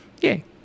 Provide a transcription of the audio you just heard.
Yay